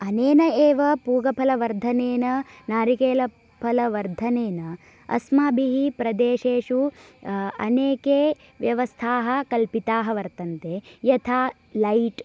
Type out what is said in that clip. अनेन एव पूगफलवर्धनेन नारिकेलफलवर्धनेन अस्माभिः प्रदेशेषु अनेके व्यवस्थाः कल्पिताः वर्तन्ते यथा लैट्